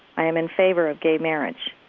i am in favor of gay marriage.